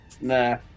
Nah